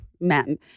men